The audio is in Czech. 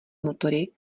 motory